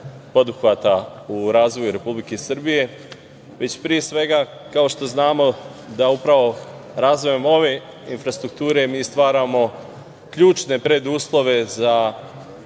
poduhvata u razvoju Republike Srbije, već pre svega, kao što znamo, da upravo razvojem ove infrastrukture mi stvaramo ključne preduslove za